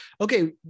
okay